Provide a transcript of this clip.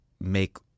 make